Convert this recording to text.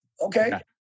Okay